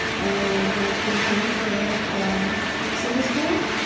and when it came time for um sunday school,